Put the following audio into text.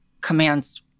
commands